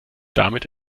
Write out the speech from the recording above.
damit